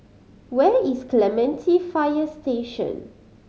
where is Clementi Fire Station